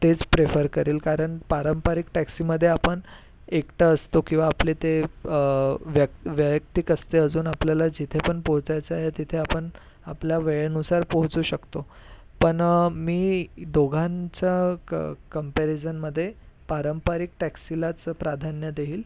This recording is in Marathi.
तेच प्रेफर करेल कारण पारंपरिक टॅक्सीमध्ये आपण एकटं असतो किंवा आपले ते व्य वैयक्तिक असते अजून आपल्याला जिथे पण पोहोचायचं आहे तिथे आपण आपल्या वेळेनुसार पोहोचू शकतो पण मी दोघांच्या क कंपेरिजनमध्ये पारंपरिक टॅक्सीलाच प्राधान्य देईल